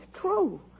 true